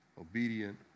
obedient